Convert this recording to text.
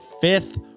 Fifth